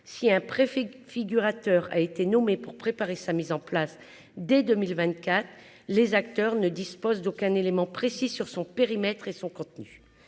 si un préfet figure Aalter a été nommé pour préparer sa mise en place dès 2024, les acteurs ne dispose d'aucun élément précis sur son périmètre et son contenu,